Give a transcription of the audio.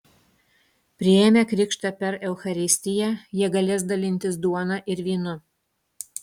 priėmę krikštą per eucharistiją jie galės dalintis duona ir vynu